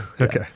Okay